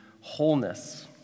wholeness